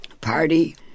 Party